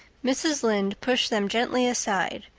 mrs. lynde pushed them gently aside,